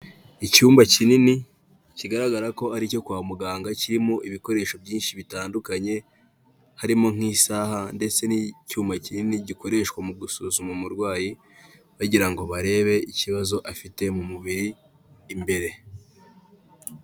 Icyumba kinini kigaragara ko ari icyo kwa muganga kirimo ibikoresho byinshi bitandukanye, harimo nk'isaha ndetse n'icyuma kinini gikoreshwa mu gusuzuma umurwayi bagira ngo barebe ikibazo afite mu mubiri imbere.